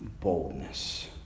boldness